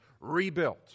rebuilt